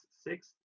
Six